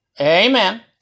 Amen